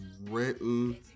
written